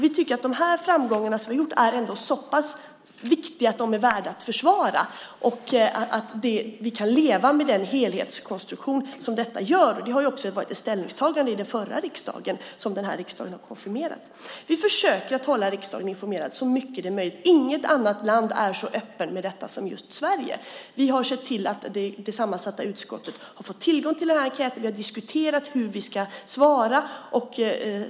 Vi tycker att de här framgångarna ändå är så pass viktiga att de är värda att försvara och att vi kan leva med den helhetskonstruktion som detta utgör. Det har också varit det ställningstagande i den förra riksdagen som den här riksdagen har konfirmerat. Vi försöker att hålla riksdagen informerad så mycket det är möjligt. Inget annat land är så öppet med detta som just Sverige. Vi har sett till att det sammansatta utskottet har fått tillgång till enkäten. Vi har diskuterat hur vi ska svara.